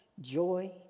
joy